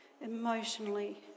emotionally